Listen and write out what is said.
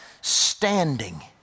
standing